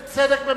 בצדק,